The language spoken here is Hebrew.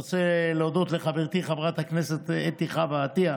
אני רוצה להודות לחברתי חברת הכנסת אתי חוה עטייה,